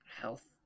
Health